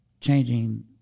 changing